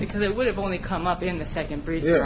because it would have only come up in the second pre